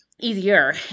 easier